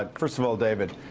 ah first of all, david,